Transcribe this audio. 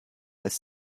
als